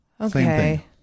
Okay